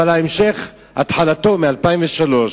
אבל התחלתו ב-2003.